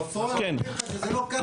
בפועל זה לא ככה.